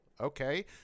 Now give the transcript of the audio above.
Okay